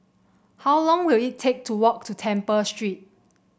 how long will it take to walk to Temple Street